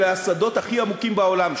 אלה השדות הכי עמוקים בעולם,